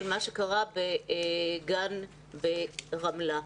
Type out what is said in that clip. מה שקרה בגן ברמלה.